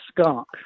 skunk